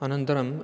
अनन्तरम्